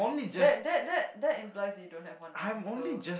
that that that that implies you don't have one now so